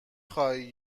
خوای